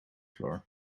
floor